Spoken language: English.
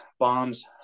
Bonds